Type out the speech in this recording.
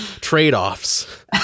trade-offs